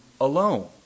alone